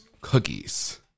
Cookies